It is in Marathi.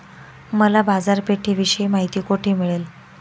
मला बाजारपेठेविषयी माहिती कोठे मिळेल?